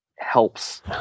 helps